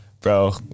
Bro